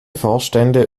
vorstände